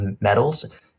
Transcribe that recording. medals